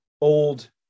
old